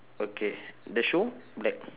okay the shoe black